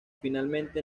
finalmente